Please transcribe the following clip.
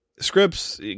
Scripts